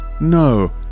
no